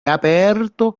aperto